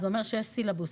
זה אומר שיש סילבוס,